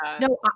no